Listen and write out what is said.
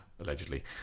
allegedly